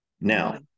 Now